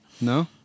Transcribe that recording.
No